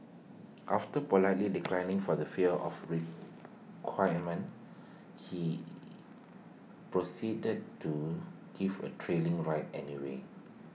after politely declining for the fear of requirement he proceeded to give A thrilling ride anyway